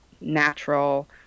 natural